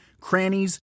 crannies